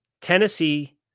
Tennessee